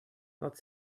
not